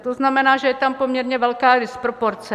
To znamená, že je tam poměrně velká disproporce.